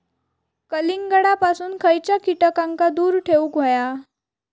कलिंगडापासून खयच्या कीटकांका दूर ठेवूक व्हया?